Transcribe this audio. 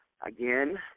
again